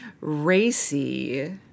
racy